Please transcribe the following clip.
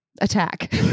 Attack